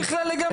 בוא נוריד לגמרי.